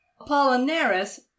Apollinaris